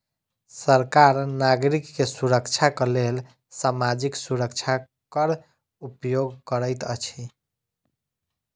सरकार नागरिक के सुरक्षाक लेल सामाजिक सुरक्षा कर उपयोग करैत अछि